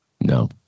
No